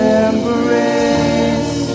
embrace